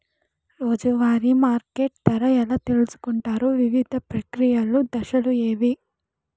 రోజూ వారి మార్కెట్ ధర ఎలా తెలుసుకొంటారు వివిధ ప్రక్రియలు దశలు ఏవి?